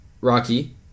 Rocky